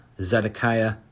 Zedekiah